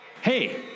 Hey